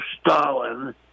Stalin